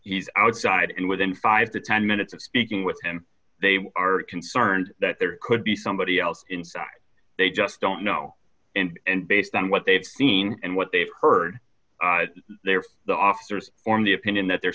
he's outside and within five to ten minutes of speaking with him they are concerned that there could be somebody else inside they just don't know and based on what they've seen and what they've heard there the officers form the opinion that there